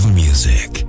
music